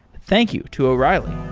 thank you to o'reilly